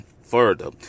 further